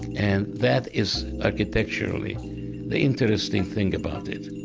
and that is architecturally the interesting thing about it.